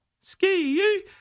Ski